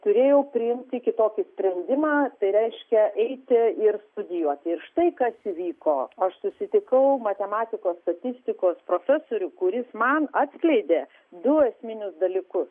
turėjau priimti kitokį sprendimą tai reiškia eiti ir studijuoti štai kas įvyko aš susitikau matematikos statistikos profesorių kuris man atskleidė du esminius dalykus